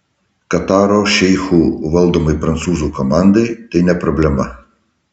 kataro šeichų valdomai prancūzų komandai tai ne problema